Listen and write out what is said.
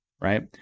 Right